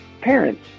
parents